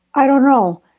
i don't know.